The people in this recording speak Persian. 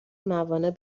موانع